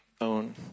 own